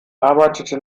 arbeitete